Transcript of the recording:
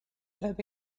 have